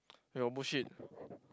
your bullshit